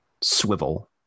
swivel